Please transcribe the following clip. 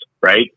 right